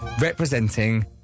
Representing